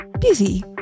busy